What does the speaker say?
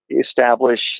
establish